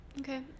Okay